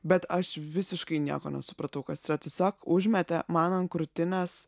bet aš visiškai nieko nesupratau kas yra tiesiog užmetė man ant krūtinės